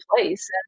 place